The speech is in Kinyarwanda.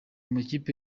makipe